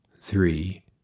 three